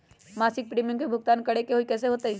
मासिक प्रीमियम के भुगतान करे के हई कैसे होतई?